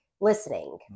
listening